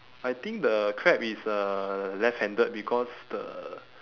I think the crab is uh left handed because the